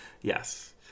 Yes